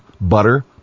butter